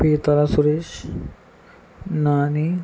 Peethala Suresh Nani